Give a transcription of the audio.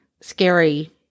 scary